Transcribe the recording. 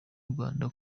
rwanda